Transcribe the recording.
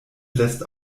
lässt